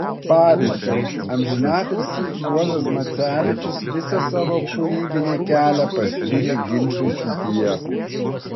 pavyzdžiui amžinatilsį juozas macevičius visą savo kūrybinį kelią paskyrė ginčui su dievu